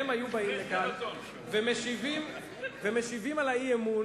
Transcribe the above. הם היו באים לכאן ומשיבים על האי-אמון